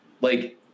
like-